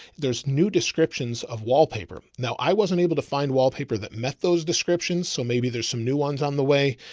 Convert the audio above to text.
there's new descriptions of wallpaper. now i wasn't able to find wallpaper that met those descriptions. so maybe there's some new ones on the way,